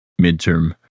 midterm